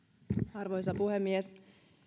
arvoisa puhemies